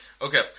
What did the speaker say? Okay